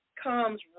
comes